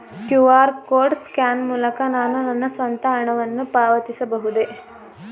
QR code scan ಮೂಲಕ ನಾನು ನನ್ನ ಸ್ವಂತ ಹಣವನ್ನು ಪಾವತಿಸಬಹುದೇ?